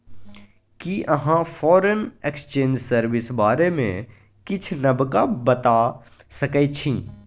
कि अहाँ foreign exchange service बारे मे किछ नबका बता सकै छी